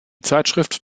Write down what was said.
zeitschrift